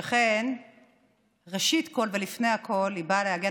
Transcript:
שכן ראשית כול ולפני הכול היא באה להגן